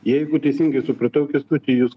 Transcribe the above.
jeigu teisingai supratau kęstuti jūs